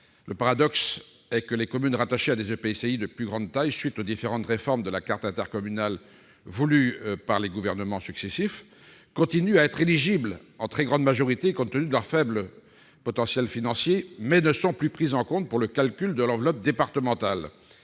Le paradoxe est que les communes rattachées à des EPCI de plus grande taille, à la suite des différentes réformes de la carte intercommunale voulue par les gouvernements successifs, continuent en très grande majorité à être éligibles à la DETR, compte tenu de leur faible potentiel financier, mais ne sont plus prises en compte pour le calcul de l'enveloppe départementale.